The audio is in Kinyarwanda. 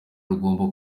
rugomba